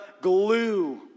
glue